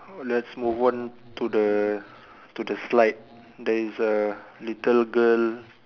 let's move on to the to the slide there is a little girl